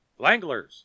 Langlers